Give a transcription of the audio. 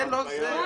זה לא זה.